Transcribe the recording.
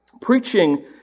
preaching